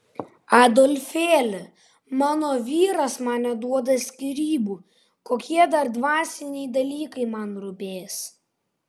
adolfėli mano vyras man neduoda skyrybų kokie dar dvasiniai dalykai man rūpės